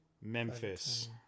Memphis